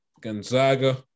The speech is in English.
Gonzaga